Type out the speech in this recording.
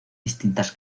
distintas